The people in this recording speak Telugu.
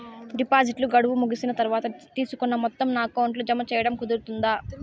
డిపాజిట్లు గడువు ముగిసిన తర్వాత, తీసుకున్న మొత్తం నా అకౌంట్ లో జామ సేయడం కుదురుతుందా?